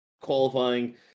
qualifying